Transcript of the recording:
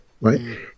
right